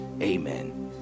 Amen